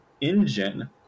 engine